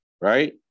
right